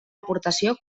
aportació